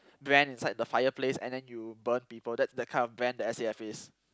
brand inside the fireplace and then you burn people that that kind of brand that S_A_F is